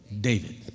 David